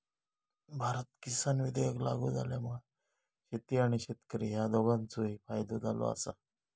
भारत किसान विधेयक लागू झाल्यामुळा शेती आणि शेतकरी ह्या दोघांचोही फायदो झालो आसा